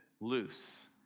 loose